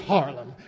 Harlem